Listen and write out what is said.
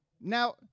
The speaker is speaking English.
Now